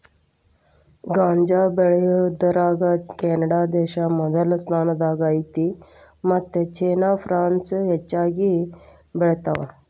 ಗಾಂಜಾ ಬೆಳಿಯುದರಾಗ ಕೆನಡಾದೇಶಾ ಮೊದಲ ಸ್ಥಾನದಾಗ ಐತಿ ಮತ್ತ ಚೇನಾ ಪ್ರಾನ್ಸ್ ಹೆಚಗಿ ಬೆಳಿತಾವ